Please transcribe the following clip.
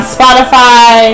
Spotify